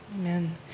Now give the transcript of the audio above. Amen